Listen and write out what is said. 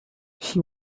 she